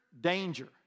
danger